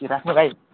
कि राख्नु भाइ